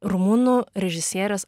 rumunų režisierės